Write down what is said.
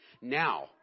Now